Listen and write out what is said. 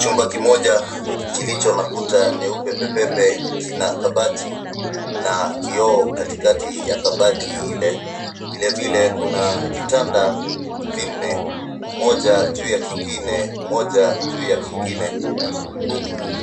Chumba kimoja kilicho na kuta nyeupe pepepe kina kabati na kioo katikati ya kabati ile. Vile Vile kuna vitanda vinne moja juu ya kingine, moja juu ya kingine. Huku